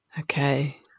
Okay